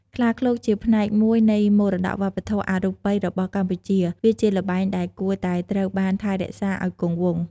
ខ្លាឃ្លោកជាផ្នែកមួយនៃមរតកវប្បធម៌អរូបីរបស់កម្ពុជាវាជាល្បែងដែលគួរតែត្រូវបានថែរក្សាឱ្យគង់វង្ស។